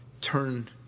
turn